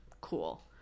Cool